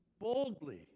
boldly